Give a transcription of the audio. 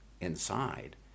inside